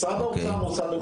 משרד האוצר הוא מוסד ממשלתי".